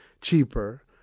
cheaper